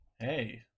Hey